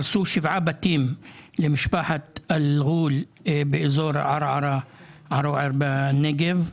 הרסו שבעה בתים למשפחת אלגול באזור ערערה ערוער בנגב,